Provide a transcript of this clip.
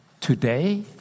today